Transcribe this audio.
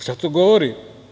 Šta to govori?